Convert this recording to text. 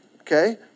Okay